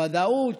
ודאות,